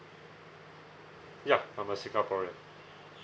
ya I'm a singaporean